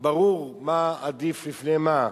ברור מה עדיף לפני מה.